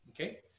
Okay